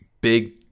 big